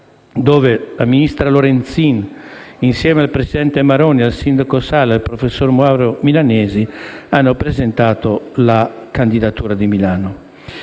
dove la ministra Lorenzin, insieme al presidente Maroni, al sindaco Sala e al professor Moavero Milanesi hanno presentato la candidatura di Milano.